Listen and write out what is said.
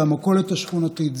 זו המכולת השכונתית,